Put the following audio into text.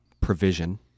provision